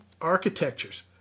architectures